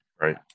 Right